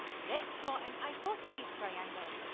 let's draw an isosceles triangle.